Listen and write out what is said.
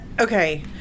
okay